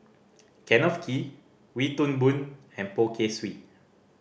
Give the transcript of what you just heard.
Kenneth Kee Wee Toon Boon and Poh Kay Swee